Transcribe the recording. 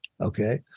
okay